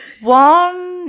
One